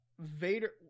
Vader